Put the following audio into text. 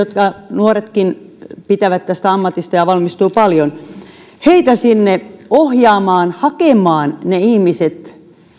nuoretkin pitävät tästä ammatista ja siihen valmistuu paljon nuoria ohjaamaan hakemaan ne ihmiset